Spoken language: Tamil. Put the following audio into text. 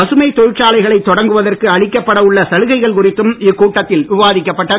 பசுமை தொழிற்சாலைகளை தொடங்குவதற்கு அளிக்கப்பட உள்ள சலுகைகள் குறித்தும் இக்கூட்டத்தில் விவாதிக்கப்பட்டது